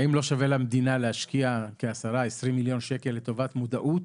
האם לא שווה למדינה להשקיע כ-20-10 מיליון שקל לטובת מודעות,